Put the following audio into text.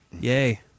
Yay